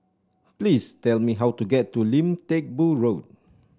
please tell me how to get to Lim Teck Boo Road